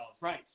right